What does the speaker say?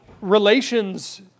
relations